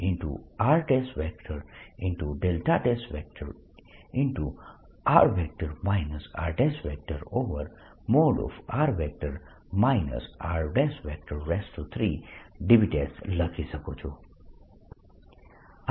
r r|r r|3dV લખી શકું છું